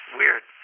weird